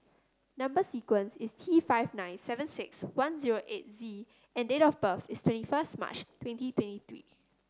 number sequence is T five nine seven six one zero eight Z and date of birth is twenty first March twenty twenty three